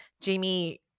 Jamie